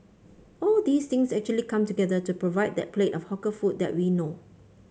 all these things actually come together to provide that plate of hawker food that we know